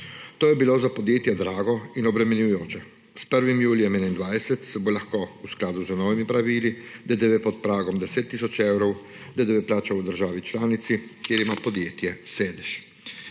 To je bilo za podjetja drago in obremenjujoče. S 1. julijem 2021 se bo lahko v skladu z novimi pravili DDV pod pragom 10 tisoč evrov DDV plačal v državi članici, kjer ima podjetje sedež,